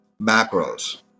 macros